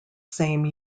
same